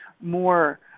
more